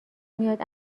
میاد